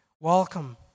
welcome